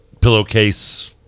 pillowcase